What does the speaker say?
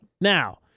now